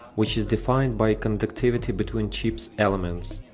which is defined by conductivity between chips elements.